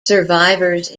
survivors